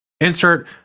insert